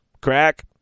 crack